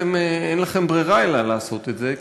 אין לכם ברירה אלא לעשות את זה,